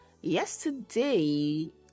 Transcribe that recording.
yesterday